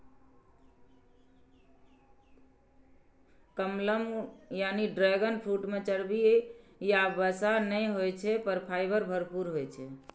कमलम यानी dragon fruit मे चर्बी या वसा नै होइ छै, पर फाइबर भरपूर होइ छै